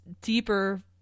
deeper